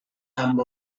amb